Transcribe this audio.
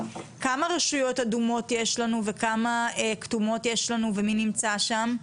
כמה רשויות אדומות יש לנו וכמה כתומות יש לנו ומי נמצא שם?